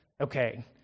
okay